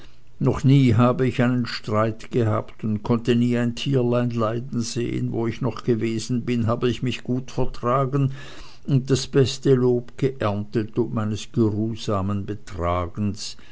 noch nie habe ich einen streit gehabt und konnte nie ein tierlein leiden sehen wo ich noch gewesen bin habe ich mich gut vertragen und das beste lob geerntet ob meines geruhsamen betragens